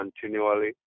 continually